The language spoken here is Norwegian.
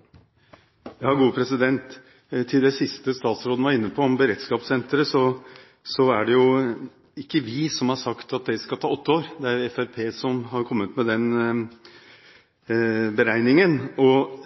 er Fremskrittspartiet som har kommet med den beregningen.